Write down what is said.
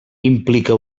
implica